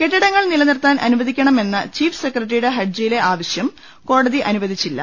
കെട്ടിടങ്ങൾ നിലനിർത്താൻ അനുവദിക്കണമെന്ന ചീഫ് സെക്രട്ടറിയുടെ ഹർജിയിലെ ആവശ്യം കോടതി അനുവദിച്ചില്ല